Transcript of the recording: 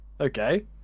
okay